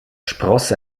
spross